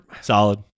Solid